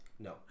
No